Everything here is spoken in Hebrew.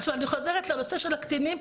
עכשיו אני חוזרת לנושא של הקטינים,